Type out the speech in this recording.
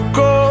go